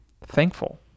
thankful